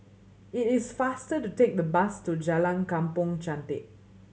it is faster to take the bus to Jalan Kampong Chantek